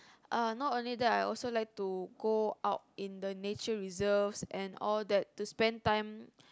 uh not only that I also like to go out in the nature reserves and all that to spend time